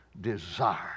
desire